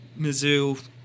Mizzou